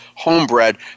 homebred